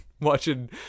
watching